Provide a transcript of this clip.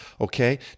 okay